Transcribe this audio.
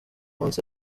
munsi